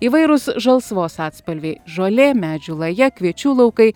įvairūs žalsvos atspalviai žolė medžių laja kviečių laukai